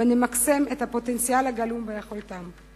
ונמקסם את הפוטנציאל הגלום ביכולותיהם,